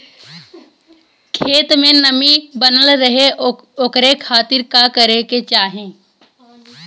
खेत में नमी बनल रहे ओकरे खाती का करे के चाही?